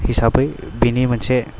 हिसाबै बिनि माेनसे